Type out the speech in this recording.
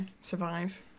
survive